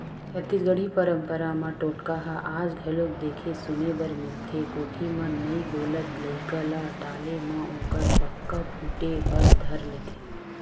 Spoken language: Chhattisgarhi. छत्तीसगढ़ी पंरपरा म टोटका ह आज घलोक देखे सुने बर मिलथे कोठी म नइ बोलत लइका ल डाले म ओखर बक्का फूटे बर धर लेथे